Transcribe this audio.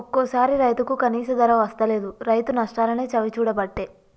ఒక్కోసారి రైతుకు కనీస ధర వస్తలేదు, రైతు నష్టాలనే చవిచూడబట్టే